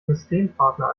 systempartner